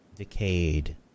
Decayed